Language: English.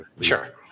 Sure